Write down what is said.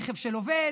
רכב של עובד,